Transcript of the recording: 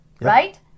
Right